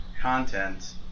content